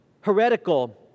heretical